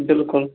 بالکُل